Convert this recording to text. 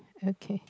okay